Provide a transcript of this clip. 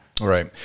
Right